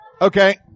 Okay